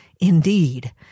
indeed